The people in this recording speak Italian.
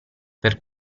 per